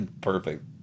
perfect